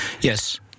Yes